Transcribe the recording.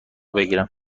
بگیرم